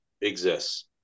exists